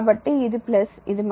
కాబట్టి ఇది ఇది